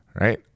right